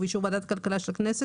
ובאישור ועדת הכלכלה של הכנסת,